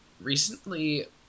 recently